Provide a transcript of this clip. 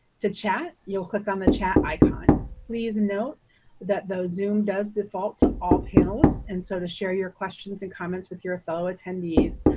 to chat, you'll click on the chat icon. please note that though zoom does default to all panelists, and so to share your questions and comments with your fellow attendees,